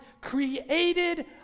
created